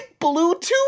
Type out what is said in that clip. bluetooth